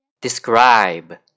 Describe